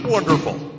Wonderful